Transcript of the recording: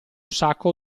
sacco